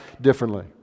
differently